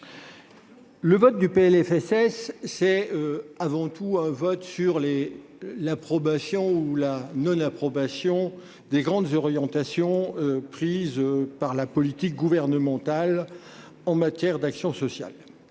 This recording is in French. sociale (PLFSS) est avant tout un vote d'approbation ou de non-approbation des grandes orientations de la politique gouvernementale en matière d'action sociale.